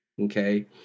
okay